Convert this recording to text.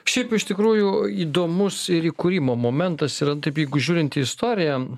šiaip iš tikrųjų įdomus ir įkūrimo momentas yra taip jeigu žiūrint į istoriją